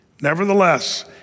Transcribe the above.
Nevertheless